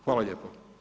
Hvala lijepo.